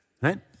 right